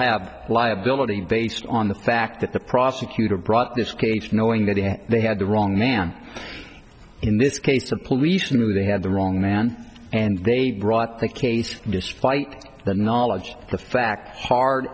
have liability based on the fact that the prosecutor brought this case knowing that if they had the wrong man in this case the police knew they had the wrong man and they brought the case despite the knowledge of the facts hard